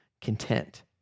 Content